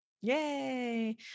Yay